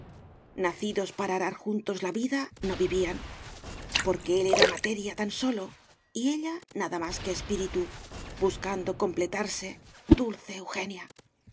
nacidos para arar juntos la vida no vivían porque él era materia tan sólo y ella nada más que espíritu buscando completarse dulce eugenia